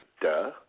duh